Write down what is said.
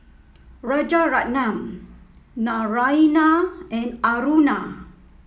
Rajaratnam Naraina and Aruna